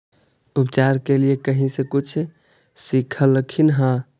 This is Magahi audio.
उपचार के लीये कहीं से कुछ सिखलखिन हा?